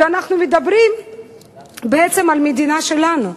אנחנו מדברים בעצם על המדינה שלנו,